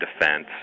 defense